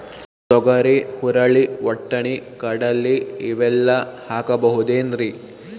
ತೊಗರಿ, ಹುರಳಿ, ವಟ್ಟಣಿ, ಕಡಲಿ ಇವೆಲ್ಲಾ ಹಾಕಬಹುದೇನ್ರಿ?